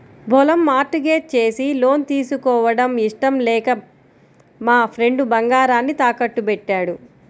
పొలం mortgage చేసి loan తీసుకోవడం ఇష్టం లేక మా ఫ్రెండు బంగారాన్ని తాకట్టుబెట్టాడు